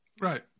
right